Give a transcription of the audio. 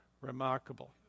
remarkable